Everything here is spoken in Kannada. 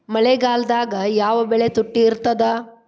ಮಳೆಗಾಲದಾಗ ಯಾವ ಬೆಳಿ ತುಟ್ಟಿ ಇರ್ತದ?